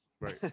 Right